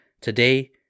Today